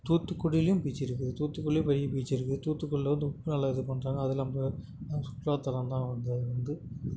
தூத்துக்குடியிலையும் beach இருக்குது தூத்துக்குடியிலையும் பெரிய பீச் இருக்குது தூத்துக்குடியில வந்து உப்பு நல்லா இது பண்ணுறாங்க அது இல்லாமல் அது சுற்றுலா தலம் தான் வந்து அது வந்து